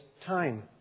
time